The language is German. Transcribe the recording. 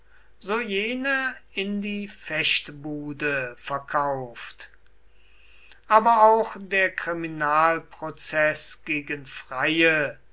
so jene in die fechtbude verkauft aber auch der kriminalprozeß gegen freie